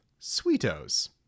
Sweetos